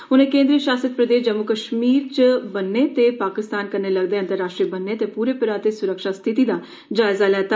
उन्ने केन्द्रीय शासत प्रदेश जम्मू कश्मीर च बन्ने ते पाकिस्तान कन्ने लगदा अंतर्राश्ट्रीय बन्ने ते पूरे पराते सुरक्षा स्थिति दा जायज़ा लैता